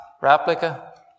replica